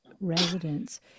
residents